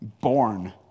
born